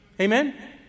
Amen